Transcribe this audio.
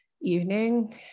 evening